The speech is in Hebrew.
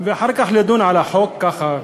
ואחר כך לדון על החוק, ככה,